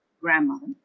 grandmother